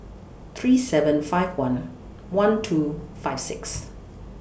three seven five one one two five six